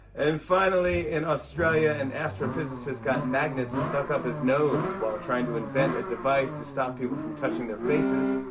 and, finally, in australia, an astrophysicist got magnets stuck up his nose while trying to invent a device to stop people from touching their faces.